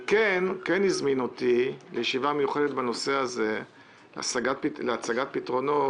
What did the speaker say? הזמינו אותי לישיבה מיוחדת בנושא הזה להצגת פתרונות